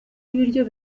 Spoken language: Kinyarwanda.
ibiryo